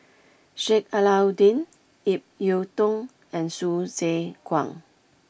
Sheik Alau'ddin Ip Yiu Tung and Hsu Tse Kwang